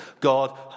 God